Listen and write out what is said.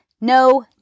no